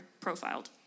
profiled